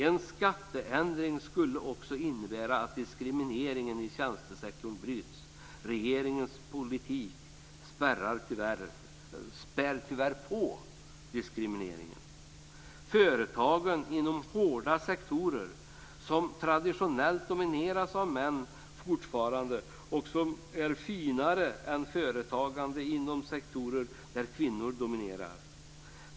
En skatteändring skulle också innebära att diskrimineringen i tjänstesektorn bryts. Regeringens politik spär tyvärr på diskrimineringen. Företagande inom "hårda" sektorer domineras fortfarande traditionellt av män och är "finare" än företagande inom sektorer där kvinnor dominerar.